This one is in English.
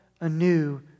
anew